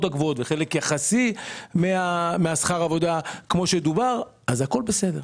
הקבועות וחלק יחסי משכר העבודה כפי שדובר אז הכול בסדר.